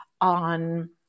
on